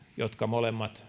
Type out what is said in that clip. molemmat